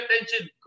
attention